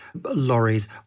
lorries